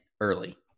Early